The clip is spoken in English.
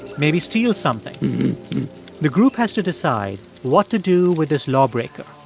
maybe steals something the group has to decide what to do with this lawbreaker.